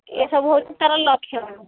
ଏ ସବୁ ହେଉଛି ତାର ଲକ୍ଷଣ